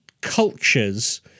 cultures